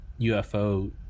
UFO